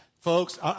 Folks